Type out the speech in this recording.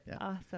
Awesome